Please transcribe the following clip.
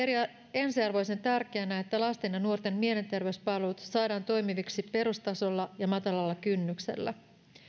ensiarvoisen tärkeänä että lasten ja nuorten mielenterveyspalvelut saadaan toimiviksi perustasolla ja matalalla kynnyksellä